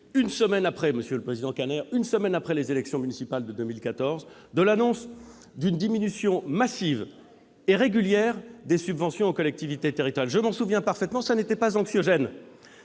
Je me souviens de l'annonce, une semaine après les élections municipales de 2014, d'une diminution massive et régulière des subventions aux collectivités territoriales. Je m'en souviens parfaitement : ce n'était pas anxiogène,